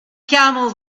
camel